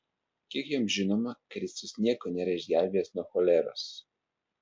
kiek jam žinoma kristus nieko nėra išgelbėjęs nuo choleros